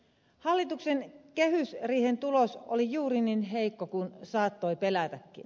hallituksen kehysriihen tulos oli juuri niin heikko kuin saattoi pelätäkin